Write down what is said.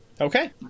Okay